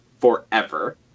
forever